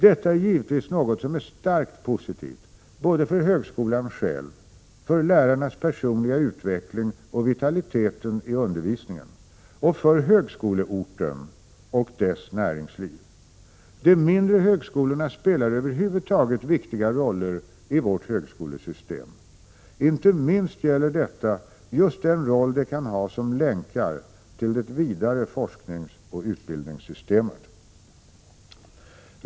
Detta är givetvis något som är starkt positivt både för högskolan själv — för lärarnas personliga utveckling och vitaliteten i undervisningen — och för högskoleorten och dess näringsliv. De mindre högskolorna spelar över huvud taget viktiga roller i vårt högskolesystem. Inte minst gäller detta just den roll de kan ha som länkar till det vidare forskningscoh utbildningssystemet.